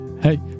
Hey